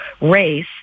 race